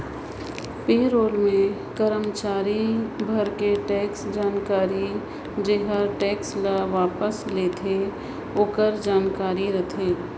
पे role मे करमाचारी भर के टेक्स जानकारी जेहर टेक्स ल वापस लेथे आकरो जानकारी रथे